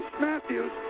Matthews